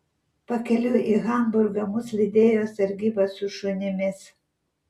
pakeliui į hamburgą mus lydėjo sargyba su šunimis